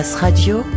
Radio